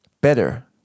better